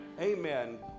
Amen